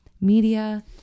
media